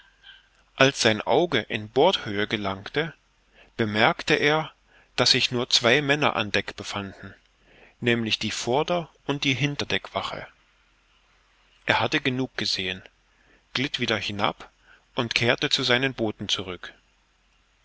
als sein auge in bordhöhe gelangte bemerkte er daß sich nur zwei männer an deck befanden nämlich die vorder und die hinterdeckwache er hatte genug gesehen glitt wieder hinab und kehrte zu seinen booten zurück